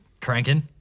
cranking